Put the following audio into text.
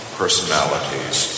personalities